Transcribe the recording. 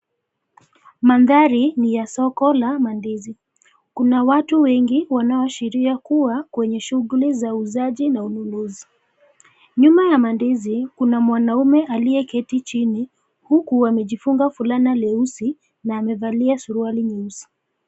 Mandhari ni ya soko la mandizi. Kuna watu wengi wanaoashiria kuwa kwenye shughuli za uuzaji na ununuzi. Nyuma ya mandizi, kuna mwanaume aliyeketi chini, huku amejifunga fulana leusi na amevalia suruali nyeusi.